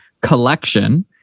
collection